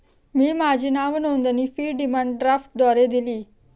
मी माझी नावनोंदणी fee demand ड्राफ्टद्वारे दिली